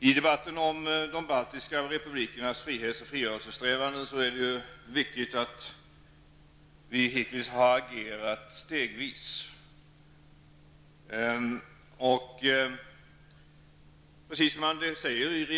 I debatten om de baltiska republikernas frihets och frigörelsesträvan är det viktigt att vi hittills har agerat stegvis.